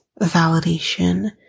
validation